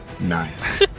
Nice